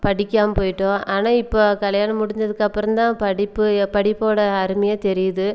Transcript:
படிக்காமல் போய்விட்டோம் ஆனால் இப்போ கல்யாணம் முடிஞ்சதுக்கப்புறம் தான் படிப்பு எ படிப்போடய அருமையே தெரியுது